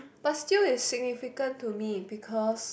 but still it's significant to me because